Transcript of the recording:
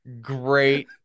Great